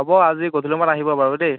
হ'ব আজি গধূলি সময়ত আহিব বাৰু দেই